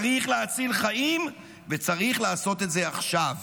צריך להציל חיים, וצריך לעשות את זה עכשיו.